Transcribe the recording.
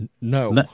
No